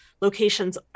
locations